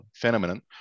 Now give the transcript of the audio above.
phenomenon